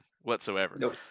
whatsoever